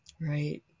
Right